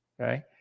okay